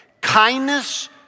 kindness